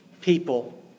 people